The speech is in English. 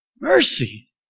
Mercy